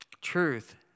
Truth